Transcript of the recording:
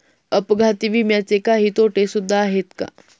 अपघाती विम्याचे काही तोटे सुद्धा आहेत का?